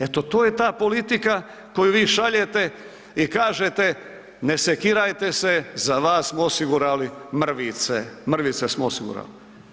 Eto to je ta politika koju vi šaljete i kažete ne sekirajte se, za vas smo osigurali mrvice, mrvice smo osigurali.